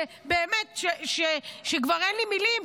ובאמת כבר אין לי מילים,